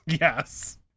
Yes